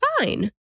fine